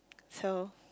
so